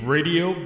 Radio